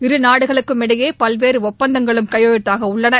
இரு நாடுகளுக்கும் இடையே பல்வேறு ஒப்பந்தங்களும் கையெழுத்தாக உள்ளன